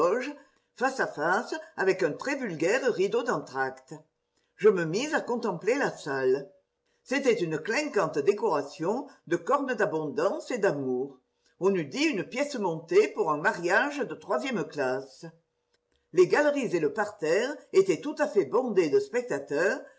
face à face avec un très vulgaire rideau d'entr'acte je me mis à contempler la salle c'était une clinquante décoration de cornes d'abondance et d'amours on eût dit une pièce montée pour un mariage de troisième classe les galeries et le parterre étaient tout à fait bondés de spectateurs